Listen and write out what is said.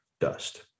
dust